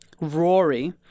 Rory